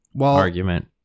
argument